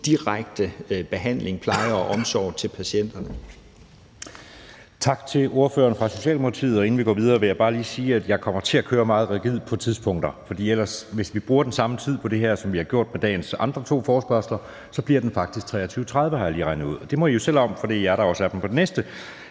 direkte behandling, pleje og omsorg til patienterne.